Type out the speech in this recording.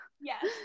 yes